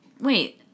Wait